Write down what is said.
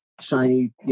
shiny